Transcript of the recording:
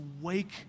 wake